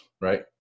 right